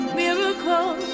miracle